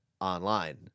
online